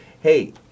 hey